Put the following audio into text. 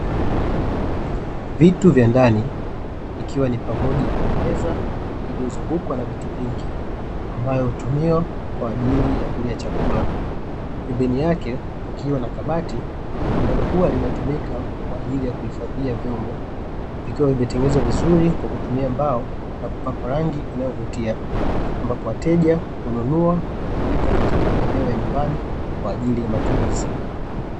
Vitu vya ndani, ikiwa ni pamoja na meza iliyozungukwa na viti vingi, ambayo hutumiwa kwa ajili ya kulia chakula, pembeni yake kukiwa na kabati ambalo huwa linatumika kwa ajili ya kuhifadhi vyombo, likiwa limetengenezwa vizuri kwakutumia mbao nakupakwa rangi inayo vutia, ambapo wateja hununua nakuweka katika maeneo ya nyumbani kwa ajili ya matumizi.